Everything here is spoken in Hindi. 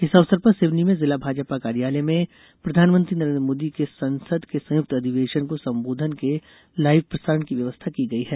इस अवसर पर सिवनी में जिला भाजपा कार्यालय में प्रधानमंत्री नरेन्द्र मोदी के संसद के संयुक्त अधिवेशन को संबोधन के लाईव प्रसारण की व्यवस्था की गई है